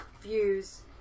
views